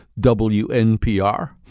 WNPR